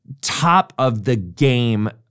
top-of-the-game